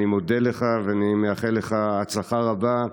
אני מודה לך ואני מאחל לך הצלחה רבה.